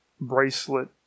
bracelet